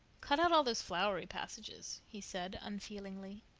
cut out all those flowery passages, he said unfeelingly.